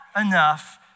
enough